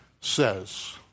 says